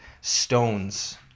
stones